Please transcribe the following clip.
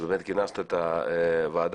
באמת כינסת את הוועדה.